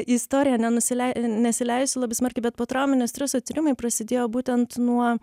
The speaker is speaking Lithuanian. istoriją nenusilei nesileisiu labai smarkiai bet potrauminio streso tyrimai prasidėjo būtent nuo